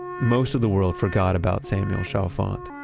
most of the world forgot about samuel chalfant.